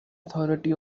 authority